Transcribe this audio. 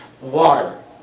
water